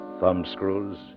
thumbscrews